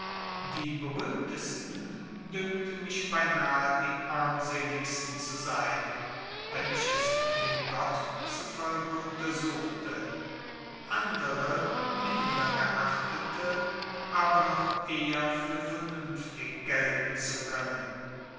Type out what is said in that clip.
die berühmtesten dünkten mich beinahe die armseligsten zu sein wenn ich es dem gott zufolge untersuchte andere minder geachtete aber noch eher für vernünftig gelten zu können